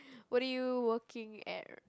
what do you working at